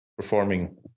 Performing